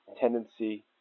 tendency